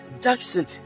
Jackson